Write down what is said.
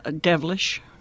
Devilish